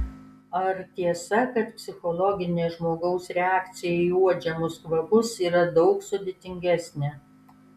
ar tiesa kad psichologinė žmogaus reakcija į uodžiamus kvapus yra daug sudėtingesnė